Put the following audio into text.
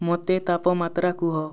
ମୋତେ ତାପମାତ୍ରା କୁହ